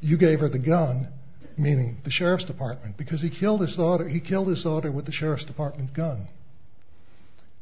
you gave her the gun meaning the sheriff's department because he killed his daughter he killed his daughter with the sheriff's department gun